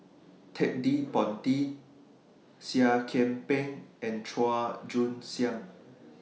Ted De Ponti Seah Kian Peng and Chua Joon Siang